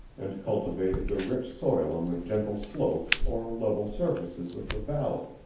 and cultivated the rich soil on the gentle slopes or level surfaces of the valley.